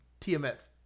TMS